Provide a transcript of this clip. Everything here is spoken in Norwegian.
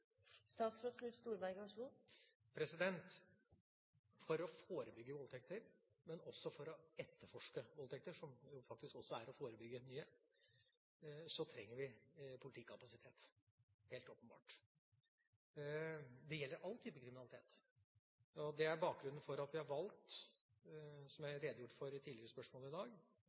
For å forebygge voldtekter, men også for å etterforske voldtekter – som faktisk også er å forebygge nye – trenger vi politikapasitet, helt åpenbart. Det gjelder all type kriminalitet. Det er bakgrunnen for at vi har valgt, som jeg har redegjort for i svar på et tidligere spørsmål i dag,